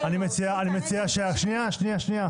--- שנייה, שנייה.